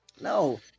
No